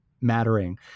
mattering